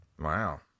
Wow